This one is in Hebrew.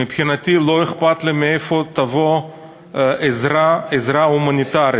מבחינתי, לא אכפת לי מאיפה תבוא עזרה הומניטרית,